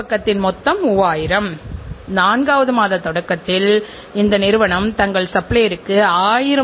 பின்னர் எப்போதும் உற்பத்தியின் தரத்தை தொடர்ந்து மதிப்பிடுகிறோம்